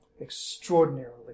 extraordinarily